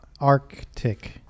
Arctic